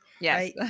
Yes